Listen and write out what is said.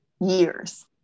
years